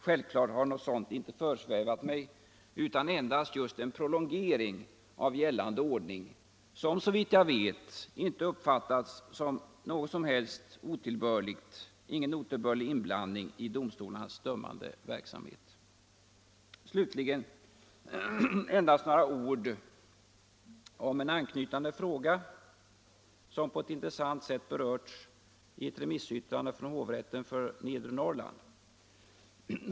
Självfallet har något sådant inte föresvävat mig, utan endast en prolongering av gällande ordning, som — såvitt jag vet — inte uppfattats som någon som helst otillbörlig inblandning i domstolarnas dömande verksamhet. Slutligen endast några ord om en anknytande fråga, som på ett intressant sätt berörs i ett remissyttrande från hovrätten för Nedre Norrland.